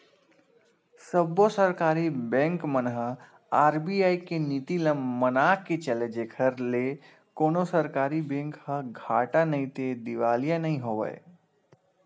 सब्बो सरकारी बेंक मन ह आर.बी.आई के नीति ल मनाके चले जेखर ले कोनो सरकारी बेंक ह घाटा नइते दिवालिया नइ होवय